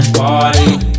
party